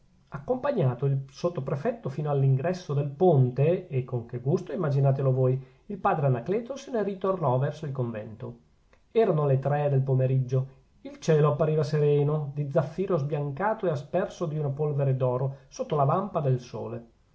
accompagnato il sottoprefetto fino all'ingresso del ponte e con che gusto immaginatelo voi il padre anacleto se ne ritornò verso il convento erano le tre del pomeriggio il cielo appariva sereno di zaffiro sbiancato e asperso di una polvere d'oro sotto la vampa del sole